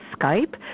Skype